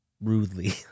rudely